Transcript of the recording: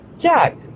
Jack